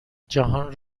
جهان